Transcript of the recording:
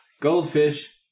Goldfish